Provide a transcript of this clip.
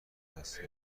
هستم